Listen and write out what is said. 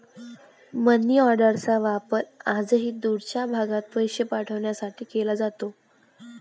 मनीऑर्डरचा वापर आजही दूरवरच्या भागात पैसे पाठवण्यासाठी केला जातो